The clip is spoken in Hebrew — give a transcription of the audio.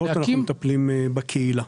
בבנות אנחנו מטפלים בקהילה.